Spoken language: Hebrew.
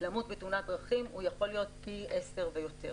למות בתאונת דרכים יכול להיות פי 10 ויותר.